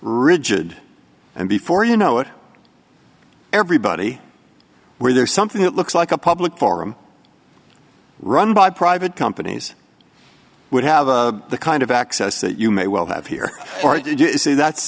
rigid and before you know it everybody where there is something that looks like a public forum run by private companies would have a the kind of access that you may well have here or did you say that